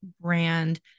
brand